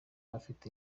afite